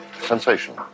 sensation